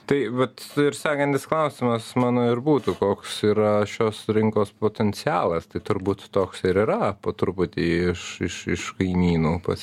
tai vat ir sekantis klausimas mano ir būtų koks yra šios rinkos potencialas tai turbūt toks ir yra po truputį iš iš iš kaimynų pas